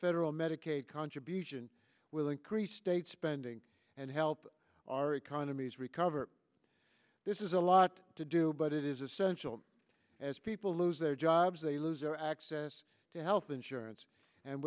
federal medicaid contribution will increase state spending and help our economies recover this is a lot to do but it is essential as people lose their jobs they lose their access to health insurance and